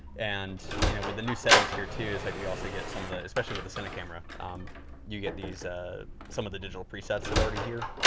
and you know with the new settings here too, it's like we also get some of the, especially with the cine camera you get these ah some of the digital presets that are already here,